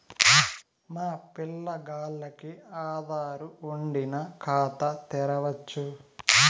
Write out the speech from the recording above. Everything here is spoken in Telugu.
మా పిల్లగాల్లకి ఆదారు వుండిన ఖాతా తెరవచ్చు